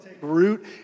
root